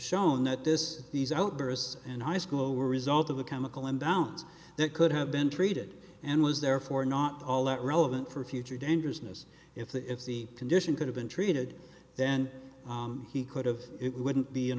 shown that this these outbursts and high school were result of a chemical in downs that could have been treated and was therefore not all that relevant for future dangerousness if the if the condition could have been treated then he could've it wouldn't be an